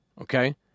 okay